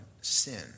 sin